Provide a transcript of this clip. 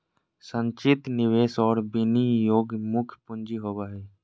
संचित निवेश और विनियोग ही मुख्य पूँजी होबो हइ